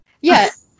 Yes